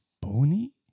bony